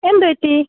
എന്തുപറ്റി